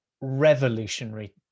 revolutionary